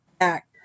act